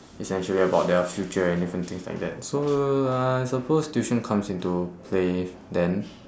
essentially about their future and different things like that so uh I suppose tuition comes into play then